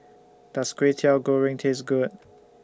Does Kwetiau Goreng Taste Good